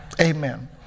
Amen